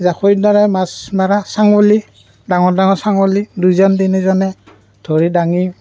জাকৈ দ্বাৰা মাছ মাৰা চাং বুলি ডাঙৰ ডাঙৰ চাং হ'লে দুইজন তিনিজনে ধৰি দাঙি